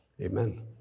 Amen